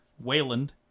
Wayland